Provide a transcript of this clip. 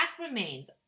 remains